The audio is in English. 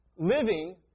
living